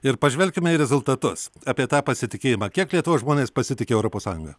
ir pažvelkime į rezultatus apie tą pasitikėjimą kiek lietuvos žmonės pasitiki europos sąjunga